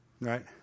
Right